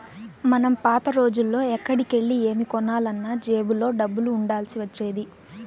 మనం పాత రోజుల్లో ఎక్కడికెళ్ళి ఏమి కొనాలన్నా జేబులో డబ్బులు ఉండాల్సి వచ్చేది